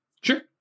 Sure